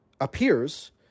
appears